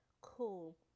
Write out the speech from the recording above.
cool